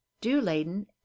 dew-laden